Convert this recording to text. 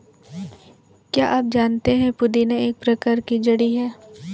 क्या आप जानते है पुदीना एक प्रकार की जड़ी है